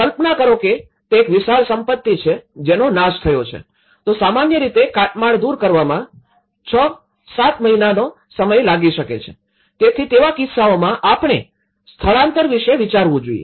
કલ્પના કરો કે તે એક વિશાળ સંપત્તિ છે કે જેનો નાશ થયો છે તો સામાન્ય રીતે કાટમાળ દૂર કરવામાં ૬ ૭ મહિનાનો સમય લાગી શકે છે તેથી તેવા કિસ્સામાં આપણે સ્થળાંતર વિષે વિચારવું જોઈએ